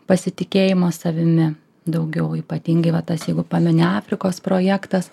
pasitikėjimo savimi daugiau ypatingai va tas jeigu pameni afrikos projektas